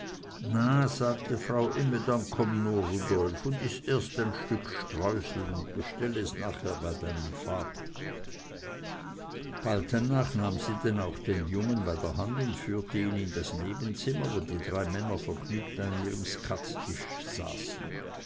na sagte frau imme dann komm nur rudolf un iß erst ein stück streusel und bestell es nachher bei deinem vater bald danach nahm sie denn auch den jungen bei der hand und führte ihn in das nebenzimmer wo die drei männer vergnügt an ihrem skattisch saßen